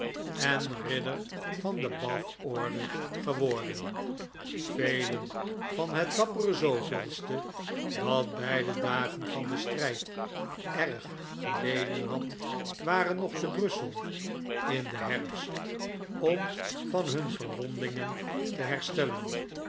en ridder van de bathorde geworden velen van het dappere de dat beide dagen van den strijd erg geleden had waren nog te brussel in den herfst om van hun verwondingen te herstellen